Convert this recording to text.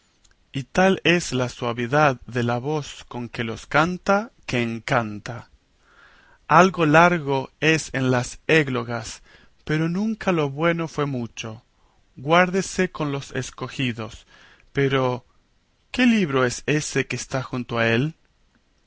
y tal es la suavidad de la voz con que los canta que encanta algo largo es en las églogas pero nunca lo bueno fue mucho guárdese con los escogidos pero qué libro es ese que está junto a él